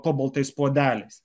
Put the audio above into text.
po baltais puodeliais